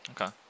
Okay